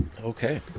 okay